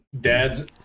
dad's